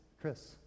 Chris